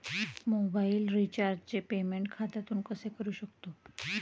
Mobile रिचार्जचे payment खात्यातून कसे करू शकतो?